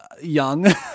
young